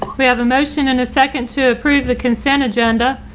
we have a motion in a second to approve the consent agenda.